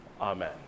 Amen